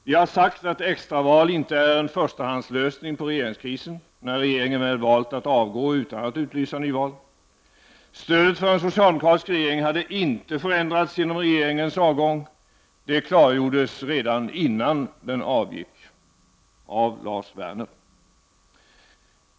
Vi har sagt att extraval inte är en förstahandslös ning på regeringskrisen, när regeringen väl valt att avgå utan att utlysa nyval. Stödet för en socialdemokratisk regering hade inte förändrats genom regeringens avgång. Det klargjordes redan innan den avgick av Lars Werner.